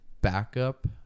backup